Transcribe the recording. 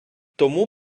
тому